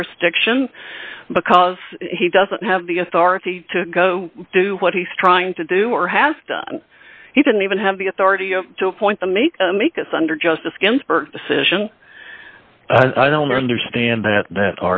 jurisdiction because he doesn't have the authority to do what he's trying to do or has he didn't even have the authority to appoint the me because under justice ginsburg decision i don't understand that that